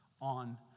on